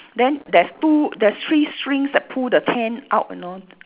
then there's two there's three strings that pull the tent out you know